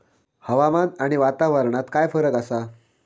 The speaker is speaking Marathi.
हवामान आणि वातावरणात काय फरक असा?